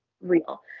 real